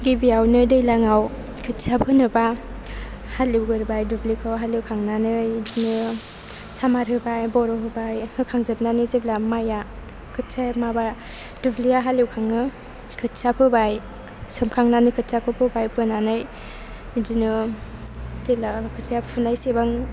गिबिआवनो दैज्लांआव खोथिया फोनोबा हालेवग्रोबाय दुब्लिखौ हालेवखांनानै बिदिनो सामार होबाय ब'र होबाय होखां जोबनानै जेब्ला माइआ खोथियाआ माबा दुब्लिआ हालेव खाङो खोथिया फोबाय सोमखांनानै खोथियाखौ फोबाय फोनानै बिदिनो जेब्ला खोथिया फुनायसेबां